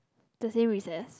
the same recess